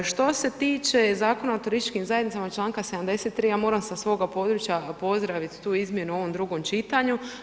Što se tiče Zakona o turističkim zajednicama članka 73. ja moram sa svoga područja pozdraviti tu izmjenu u ovom drugom čitanju.